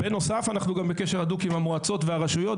בנוסף, אנחנו גם בקשר הדוק עם המועצות והרשויות.